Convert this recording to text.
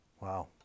Wow